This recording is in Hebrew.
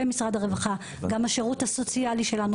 וגם השירות הסוציאלי שלנו,